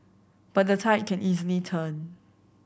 but the tide can easily turn